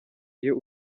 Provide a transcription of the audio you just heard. iyo